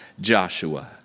Joshua